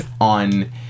on